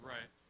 Right